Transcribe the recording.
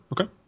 okay